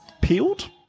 peeled